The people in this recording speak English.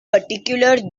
particular